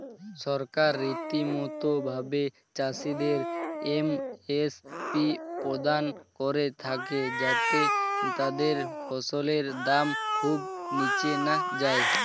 সরকার রীতিমতো ভাবে চাষিদের এম.এস.পি প্রদান করে থাকে যাতে তাদের ফসলের দাম খুব নীচে না যায়